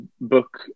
book